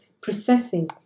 processing